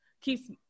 keeps